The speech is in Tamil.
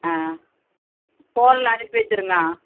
ஆ ஃபோனில் அனுப்பி வைச்சுருங்க